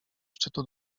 szczytu